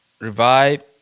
revive